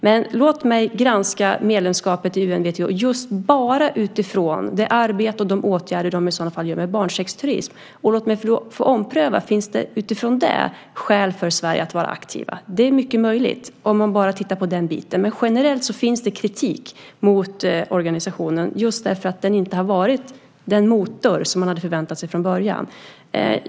Men låt mig granska medlemskapet i UNWTO just bara utifrån deras arbete och åtgärder när det gäller barnsexturism, och låt mig få ompröva om det utifrån detta finns skäl för Sverige att vara aktivt. Det är mycket möjligt, om man bara tittar på detta. Men generellt finns det kritik mot organisationen just därför att den inte har varit den motor som man hade förväntat sig från början.